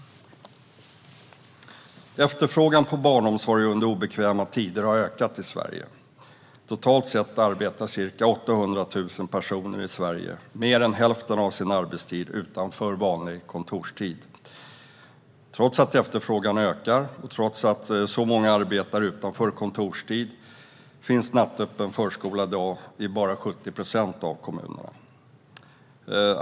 Efterfrågan på barnomsorg under obekväma tider har ökat i Sverige. Totalt sett arbetar ca 800 000 personer i Sverige mer än hälften av sin arbetstid utanför vanlig kontorstid. Trots att efterfrågan på barnomsorg under obekväma tider ökar och trots att så många arbetar utanför kontorstid finns nattöppen förskola i dag i bara 70 procent av kommunerna.